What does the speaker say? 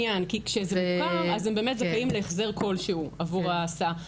נכון כשזה מוכר אז הם באמת זכאים להחזר מסוים עבור ההסעה,